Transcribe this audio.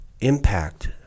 impact